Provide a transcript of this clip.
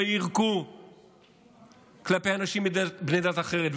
לא יירקו כלפי אנשים בני דת אחרת.